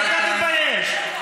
תתבייש לך.